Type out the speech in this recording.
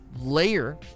layer